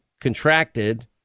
contracted